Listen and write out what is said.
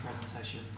presentation